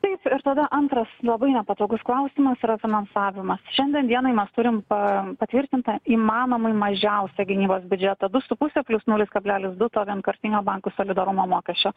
taip ir tada antras labai nepatogus klausimas yra finansavimas šiandien dienai mes turim pa patvirtintą įmanomai mažiausią gynybos biudžetą du su puse plius nulis kablelis du to vienkartinio bankų solidarumo mokesčio